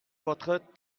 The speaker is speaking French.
votre